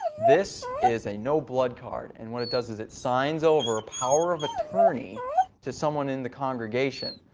this is a no-blood card, and what it does is it signs over power of attorney to someone in the congregation.